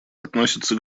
относятся